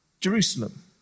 Jerusalem